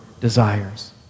desires